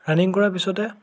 running কৰাৰ পিছতে